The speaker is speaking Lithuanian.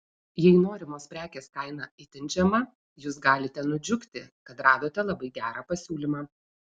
jei norimos prekės kaina itin žema jūs galite nudžiugti kad radote labai gerą pasiūlymą